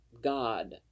god